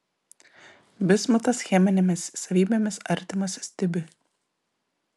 bismutas cheminėmis savybėmis artimas stibiui